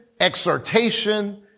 exhortation